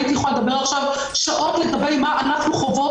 הייתי יכולה לדבר עכשיו שעות מה אנחנו חוות,